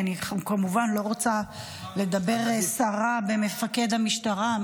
כי אני כמובן לא רוצה לדבר סרה במפקד המשטרה.